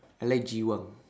I like jiwang